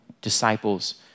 disciples